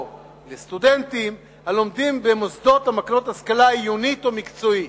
או לסטודנטים הלומדים במוסדות המקנים השכלה עיונית או מקצועית.